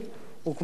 הוקמה אז,